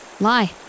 Lie